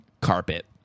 carpet